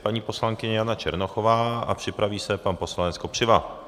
Paní poslankyně Jana Černochová a připraví se pan poslanec Kopřiva.